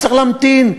צריך להמתין.